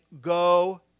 go